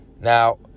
now